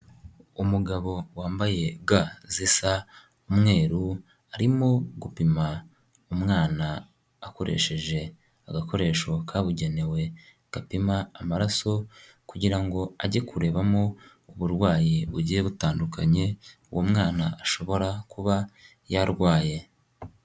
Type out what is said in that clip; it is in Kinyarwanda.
Umugabo wambaye ga zisa umweru arimo gupima umwana akoresheje agakoresho kabugenewe gapima amaraso kugira ngo age kurebamo uburwayi bugiye butandukanye uwo mwana ashobora kuba yarwaye.